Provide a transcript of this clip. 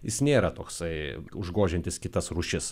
jis nėra toksai užgožiantis kitas rūšis